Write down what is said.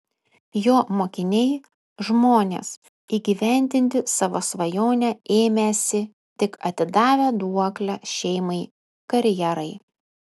jo mokiniai žmonės įgyvendinti savo svajonę ėmęsi tik atidavę duoklę šeimai karjerai